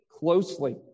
closely